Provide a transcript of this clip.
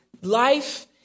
life